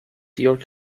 york